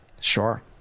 Sure